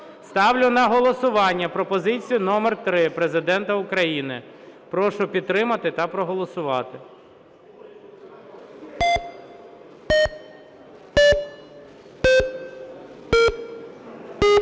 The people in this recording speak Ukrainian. Ставлю на голосування пропозицію номер 3 Президента України. Прошу підтримати та проголосувати.